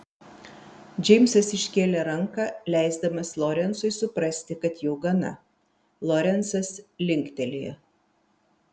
džeimsas iškėlė ranką leisdamas lorencui suprasti kad jau gana lorencas linktelėjo